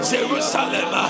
Jerusalem